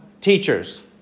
teachers